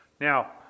Now